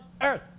earth